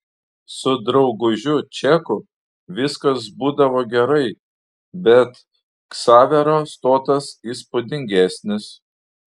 su draugužiu čeku viskas būdavo gerai bet ksavero stotas įspūdingesnis